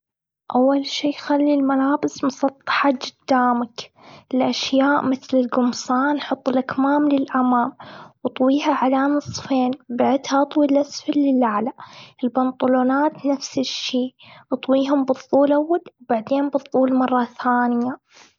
أول شي، خلي الملابس مسطحة قدامك. الأشياء مثل القمصان، حط الأكمام للأمام، واطويها على نصفين، بعدها طوي الأسفل للأعلى. البنطلونات نفس الشي، إطويهم بالطول، وبعدين بالطول مرة ثانية.